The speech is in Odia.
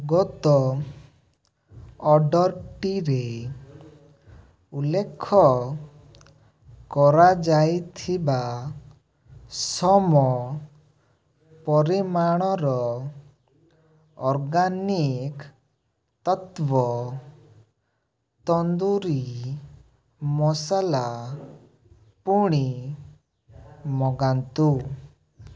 ଗତ ଅର୍ଡ଼ର୍ଟିରେ ଉଲ୍ଲେଖ କରାଯାଇଥିବା ସମ ପରିମାଣର ଅର୍ଗାନିକ୍ ତତ୍ତ୍ଵ ତନ୍ଦୁରି ମସଲା ପୁଣି ମଗାନ୍ତୁ